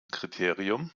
kriterium